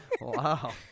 Wow